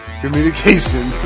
Communication